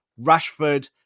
Rashford